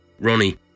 Ronnie